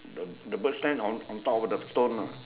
the the bird stand on top of the stone ah